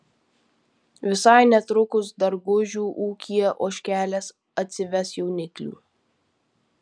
visai netrukus dargužių ūkyje ožkelės atsives jauniklių